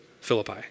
Philippi